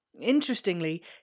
Interestingly